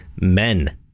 men